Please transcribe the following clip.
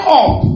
up